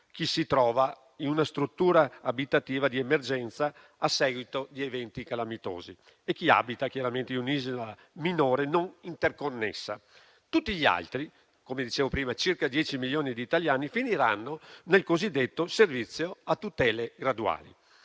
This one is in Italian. chi si trova in una struttura abitativa di emergenza a seguito di eventi calamitosi e di chi abita chiaramente in un'isola minore non interconnessa. Tutti gli altri - come dicevo prima, circa 10 milioni di italiani - finiranno nel cosiddetto servizio a tutele graduali.